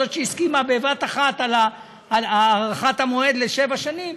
זו שהסכימה בבת אחת על הארכת המועד לשבע שנים,